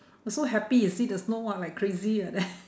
I was so happy you see the snow !wah! like crazy like that